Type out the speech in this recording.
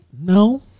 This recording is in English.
No